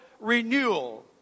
renewal